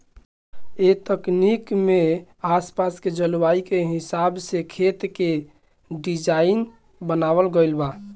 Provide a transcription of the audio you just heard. ए तकनीक में आस पास के जलवायु के हिसाब से खेत के डिज़ाइन बनावल गइल बा